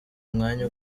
mwanya